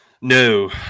No